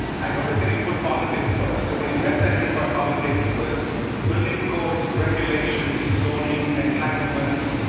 i noticed that he put politics first. and what he meant, i think, by politics was building codes, regulations, zoning, entitlements,